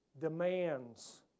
demands